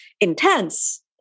intense